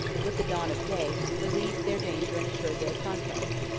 with the dawn of day, relieved their danger and assured their conquest.